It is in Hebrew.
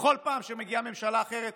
בכל פעם שמגיעה ממשלה אחרת,